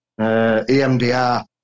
EMDR